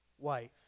wife